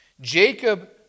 Jacob